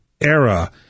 era